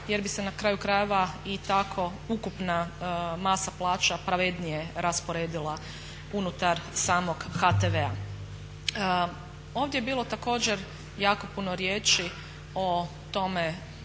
jer bi se na kraju krajeva i tako ukupna masa plaća pravednije rasporedila unutar samog HTV-a. Ovdje je bilo također jako puno riječi o tome